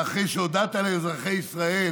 ואחרי שהודעת לאזרחי ישראל